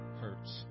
hurts